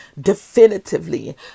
definitively